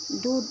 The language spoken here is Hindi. दूध